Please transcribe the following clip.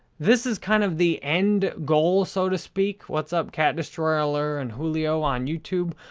this is kind of the end goal, so to speak. what's up kat, destroyler and julio on youtube?